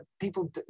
people